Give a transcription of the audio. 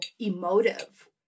emotive